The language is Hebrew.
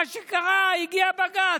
מה שקרה זה שהגיע בג"ץ